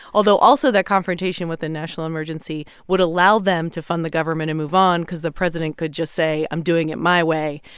although, also, that confrontation with a national emergency would allow them to fund the government and move on because the president could just say, i'm doing it my way.